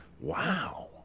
Wow